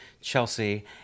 Chelsea